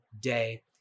day